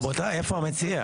רבותיי, איפה המציע?